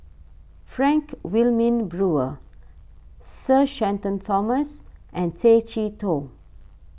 Frank Wilmin Brewer Sir Shenton Thomas and Tay Chee Toh